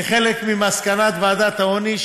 כחלק ממסקנת ועדת העוני,